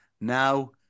Now